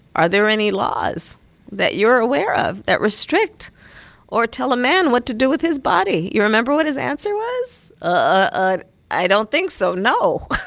are there any laws that you're aware of that restrict or tell a man what to do with his body? you remember what his answer was? ah i don't think so. no.